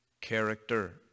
character